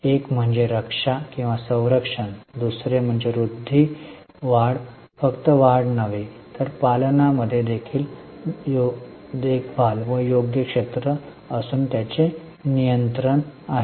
एक म्हणजे रक्षा किंवा संरक्षण दुसरे वृद्धी म्हणजे वाढ होय फक्त वाढ नव्हे तर पालनामध्ये देखभाल व योग क्षेत्र असून त्याचे नियंत्रण आहे